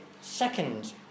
second